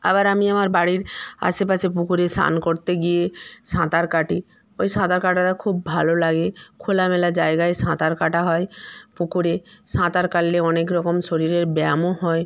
আবার আমি আমার বাড়ির আশেপাশে পুকুরে স্নান করতে গিয়ে সাঁতার কাটি ওই সাঁতার কাটাটা খুব ভালো লাগে খোলা মেলা জায়গায় সাঁতার কাটা হয় পুকুরে সাঁতার কাটলে অনেক রকম শরীরের ব্যায়ামও হয়